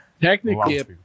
Technically